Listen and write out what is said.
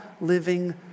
living